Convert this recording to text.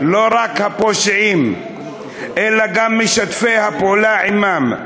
לא רק הפושעים אלא גם משתפי הפעולה עמם.